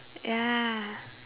ya